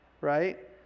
right